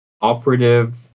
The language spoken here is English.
operative